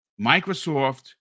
Microsoft